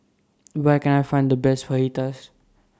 Where Can I Find The Best Fajitas